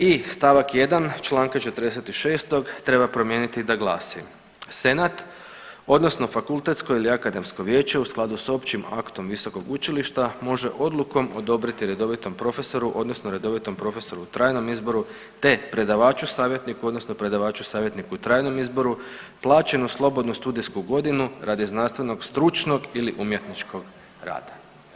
I st. 1. čl. 46. treba promijeniti da glasi, senat odnosno fakultetsko ili akademsko vijeće u skladu s općim aktom visokog učilišta može odlukom odobriti redovitom profesoru odnosno redovitom profesoru u trajnom izboru, te predavaču savjetniku odnosno predavaču savjetniku u trajnom izboru plaćenu slobodnu studijsku godinu radi znanstvenog stručnog ili umjetničkog rada.